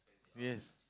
yes